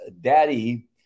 daddy